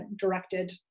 directed